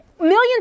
millions